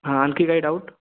हां आणखी काही डाऊट